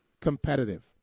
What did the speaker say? competitive